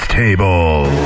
table